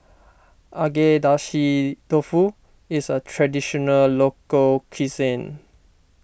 Agedashi Dofu is a Traditional Local Cuisine